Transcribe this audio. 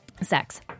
Sex